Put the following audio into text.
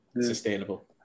sustainable